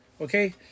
Okay